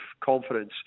confidence